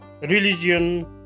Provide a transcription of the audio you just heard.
religion